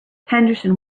henderson